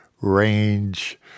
range